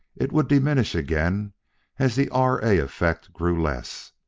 it would diminish again as the r. a. effect grew less.